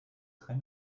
très